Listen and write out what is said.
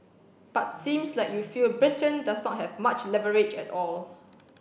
but seems like you feel Britain does not have much leverage at all